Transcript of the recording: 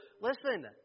Listen